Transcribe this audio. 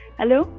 hello